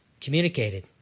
communicated